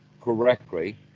correctly